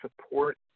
support